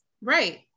Right